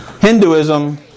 Hinduism